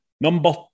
Number